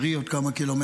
עוד כמה קילומטרים,